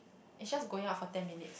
it's just going up for ten minutes